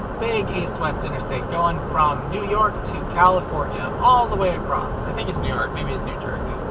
big east-west interstate, going from new york to california, all the way across. i think it's new york, maybe it's new jersey.